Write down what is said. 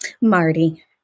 Marty